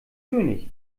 könig